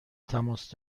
تماس